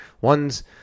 One's